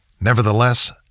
Nevertheless